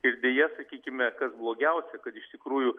ir deja sakykime kas blogiausia kad iš tikrųjų